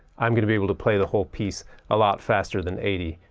i'm going to be able to play the whole piece a lot faster than eighty.